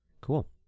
Cool